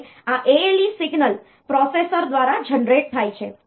અને આ ALE signal processor દ્વારા જનરેટ થાય છે